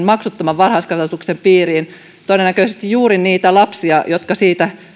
maksuttoman varhaiskasvatuksen piiriin todennäköisesti juuri niitä lapsia jotka siitä